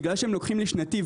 בגלל שהם לוקחים לי שנתי,